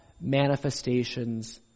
manifestations